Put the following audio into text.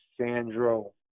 Sandro